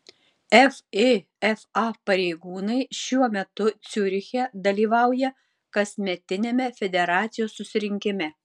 fifa pareigūnai šiuo metu ciuriche dalyvauja kasmetiniame federacijos susirinkime